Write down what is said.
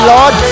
Lord